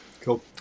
Cool